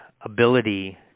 ability